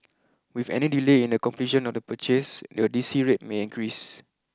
with any delay in the completion of the purchase the D C rate may increase